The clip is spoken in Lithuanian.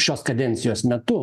šios kadencijos metu